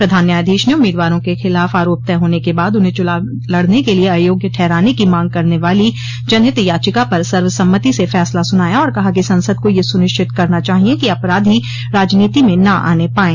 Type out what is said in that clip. प्रधान न्यायाधीश ने उम्मीदवारों के खिलाफ आरोप तय होने के बाद उन्हें चुनाव लड़ने के लिए अयोग्य ठहराने की मांग करने वाली जनहित याचिका पर सर्वसम्मति से फैसला सुनाया और कहा कि संसद को यह सुनिश्चित करना चाहिए कि अपराधी राजनीति में न आने पाएं